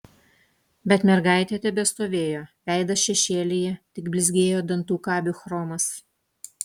bet mergaitė tebestovėjo veidas šešėlyje tik blizgėjo dantų kabių chromas